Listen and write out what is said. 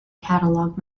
catalog